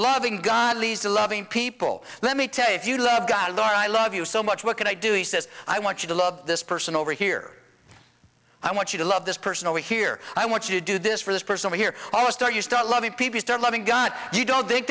loving god leads to loving people let me tell you if you love god or i love you so much what can i do he says i want you to love this person over here i want you to love this person over here i want you to do this for this person here almost all you start loving people start loving god you don't think